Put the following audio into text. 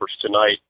tonight